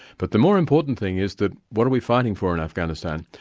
but the more important thing is that what are we fighting for in afghanistan?